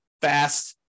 fast